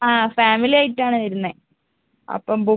ആ ഫാമിലി ആയിട്ടാണ് വരുന്നത് അപ്പം